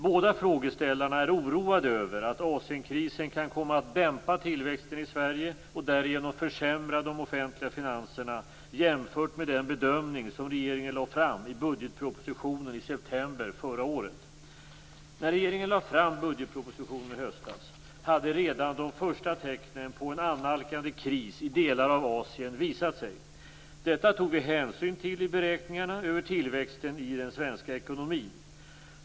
Båda frågeställarna är oroade över att Asienkrisen kan komma att dämpa tillväxten i Sverige och därigenom försämra de offentliga finanserna jämfört med den bedömning som regeringen lade fram i budgetpropositionen i september förra året. När regeringen lade fram budgetpropositionen i höstas hade redan de första tecknen på en annalkande kris i delar av Asien visat sig. Detta tog vi hänsyn till i beräkningarna över tillväxten i den svenska ekonomin.